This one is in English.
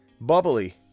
bubbly